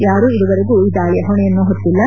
ಯಾರೂ ಇದುವರೆಗೂ ಈ ದಾಳಿಯ ಹೊಣೆಯನ್ನು ಹೊತ್ತಿಲ್ಲ